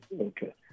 okay